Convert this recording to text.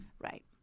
Right